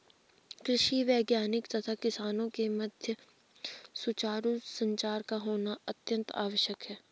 कृषि वैज्ञानिक तथा किसानों के मध्य सुचारू संचार का होना अत्यंत आवश्यक है